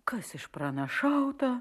kas išpranašauta